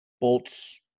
Bolts